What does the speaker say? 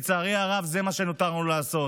לצערי הרב, זה מה שנותר לנו לעשות.